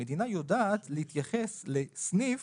המדינה יודעת להתייחס לסניף